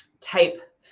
type